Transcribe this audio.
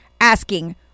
asking